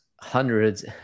hundreds